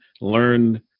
learn